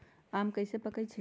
आम कईसे पकईछी?